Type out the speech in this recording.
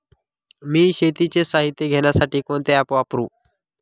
मी शेतीचे साहित्य घेण्यासाठी कोणते ॲप वापरु?